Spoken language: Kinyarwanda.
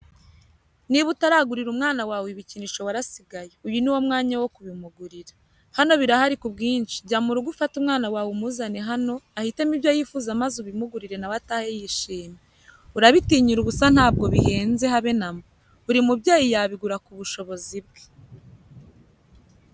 Niba utaragurira umwana ibikinisho warasigaye uyu niwo mwanya wo kubimugurira hano birahari kubwinshi jya murugo ufate umwana wawe umuzane hano ahitemo ibyo yifuza maze ubimuguriri nawe atahe yishimye urabitinyira ubusa ntabwo bihenze habe namba buri mubyeyi yabigura kubushobozi bwe.